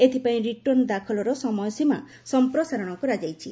ଏଥିପାଇଁ ରିଟର୍ଣ୍ଣ ଦାଖଲର ସମୟସୀମା ସଂପ୍ରସାରଣ କରାଯାଇଛି